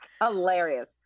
hilarious